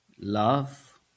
Love